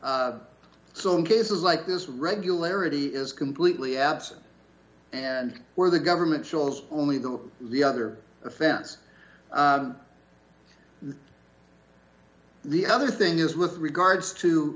so in cases like this regularity is completely absent and where the government shows only go the other offense the other thing is with regards to